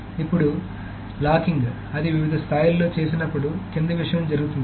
ఇప్పుడు లాకింగ్ అది వివిధ స్థాయిలలో చేసినప్పుడు కింది విషయం జరుగుతుంది